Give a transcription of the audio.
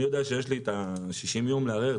אני יודע שיש לי 60 יום לערער,